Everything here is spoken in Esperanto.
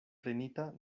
prenita